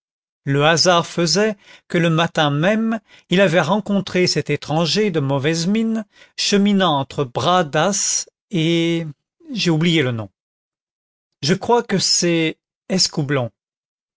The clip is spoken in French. le hasard faisait que le matin même il avait rencontré cet étranger de mauvaise mine cheminant entre bras dasse et j'ai oublié le nom je